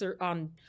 on